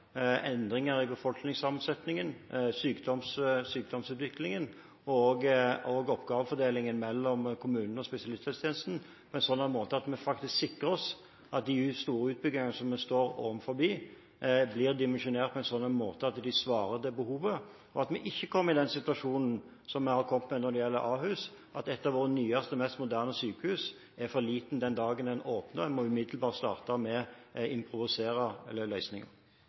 endringer i befolkningssammensetningen, sykdomsutviklingen og også oppgavefordelingen mellom kommunene og spesialisthelsetjenesten. Dette må gjøres på en sånn måte at vi faktisk sikrer oss at de store utbyggingene vi står overfor, blir dimensjonert på en sånn måte at de svarer til behovet. Den må også sikre at vi ikke kommer i den situasjonen vi har kommet i når det gjelder Ahus, at et av våre nyeste og mest moderne sykehus er for lite den dagen det åpner, og en umiddelbart må starte med å improvisere løsninger.